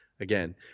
Again